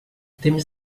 temps